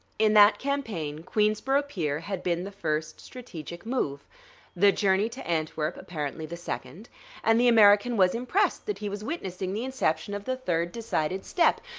in that campaign queensborough pier had been the first strategic move the journey to antwerp, apparently, the second and the american was impressed that he was witnessing the inception of the third decided step.